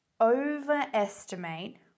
overestimate